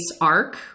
arc